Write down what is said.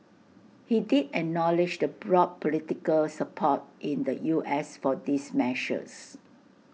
he did acknowledge the broad political support in the U S for these measures